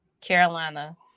Carolina